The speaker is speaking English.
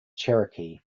cherokee